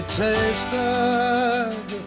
tasted